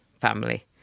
family